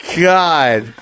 God